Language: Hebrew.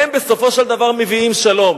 הם בסופו של דבר מביאים שלום.